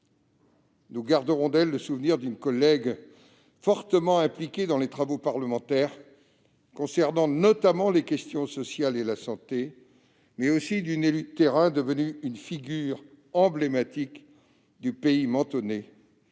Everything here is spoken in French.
Nous garderons d'elle le souvenir d'une collègue fortement impliquée dans les travaux parlementaires concernant, notamment, les questions sociales et la santé, mais aussi l'image d'une élue de terrain devenue une figure emblématique du pays mentonnais,